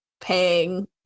paying